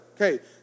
Okay